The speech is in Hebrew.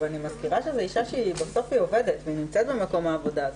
אני מזכירה שזאת אישה שהיא עובדת ונמצאת במקום העבודה.